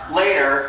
later